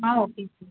okay sir